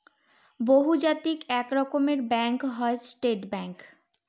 বহুজাতিক এক রকমের ব্যাঙ্ক হয় স্টেট ব্যাঙ্ক